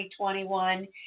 2021